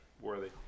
worthy